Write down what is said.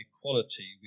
equality